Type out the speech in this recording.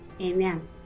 amen